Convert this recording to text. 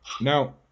Now